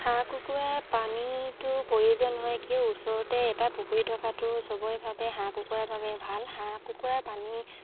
হাঁহ কুকুৰাৰ পানীটো প্ৰয়োজন হয় কিয় ওচৰতে এটা পুখুৰী থকাটো চবেই ভাৱে হাঁহ কুকুৰাৰ বাবে ভাল হাঁহ কুকুৰাৰ পানী